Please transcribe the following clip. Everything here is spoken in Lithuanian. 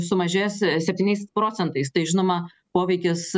sumažės septyniais procentais tai žinoma poveikis